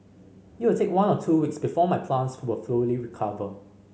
it will take one or two weeks before my plants will fully recover